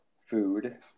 Food